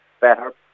better